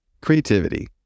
Creativity